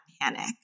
panic